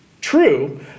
true